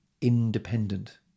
independent